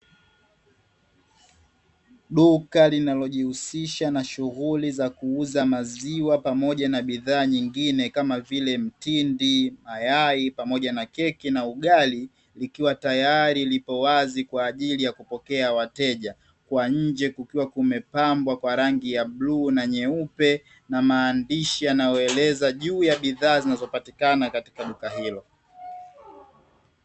Duka linalojihusisha na shughuli za kuuza maziwa pamoja na bidhaa nyingine kama vile; mtindi, mayai pamoja na keki na ugali ikiwa tayari lipo wazi kwa ajili ya kupokea wateja, kwa nje kukiwa kumepambwa kwa rangi ya bluu na nyeupe na maandishi yanayoeleza juu ya bidhaa zinazopatikana katika duka hilo.